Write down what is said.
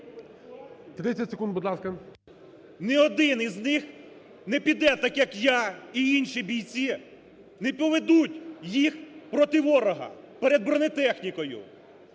Ні один із них не піде так, як я і інші бійці, не поведуть їх проти ворога перед бронетехнікою.